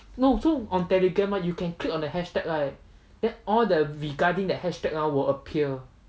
no so on telegram right you can click on the hashtag right then all the regarding the hashtag [one] will appear